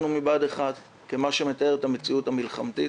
מבה"ד 1 שמתאר את המציאות המלחמתית.